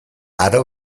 aro